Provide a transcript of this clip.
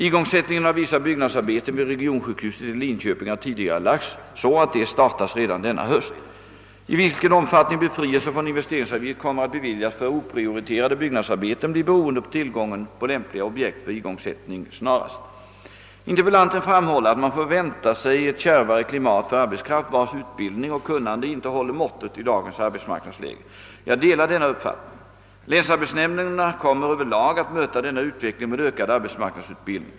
Igångsättningen av vissa byggnadsarbeten vid regionsjukhuset i Linköping har tidigarelagts så att de startas redan denna höst. I vilken omfattning befrielse från investeringsavgift kommer att beviljas för oprioriterade byggnadsarbeten blir beroende på tillgången på lämpliga objekt för igångsättning snarast. InterpeHanten framhåller att man får vänta sig ett kärvare klimat för arbetskraft vars utbildning och kunnande inte håller måttet i dagens arbetsmarknadsläge. Jag delar denna uppfattning. Länsarbetsnämnderna kommer över lag att möta denna utveckling med ökad arbetsmarknadsutbildning.